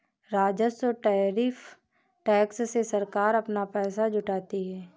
राजस्व tariff tax से सरकार अपना पैसा जुटाती है